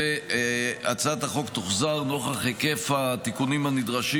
הצעת החוק תוחזר, נוכח היקף התיקונים הנדרשים,